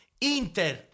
Inter